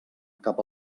cap